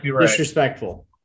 disrespectful